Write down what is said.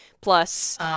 plus